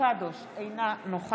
מינהלי או פלילי?